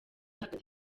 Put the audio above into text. hagati